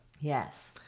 yes